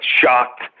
shocked